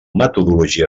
metodologia